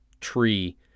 tree